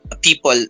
people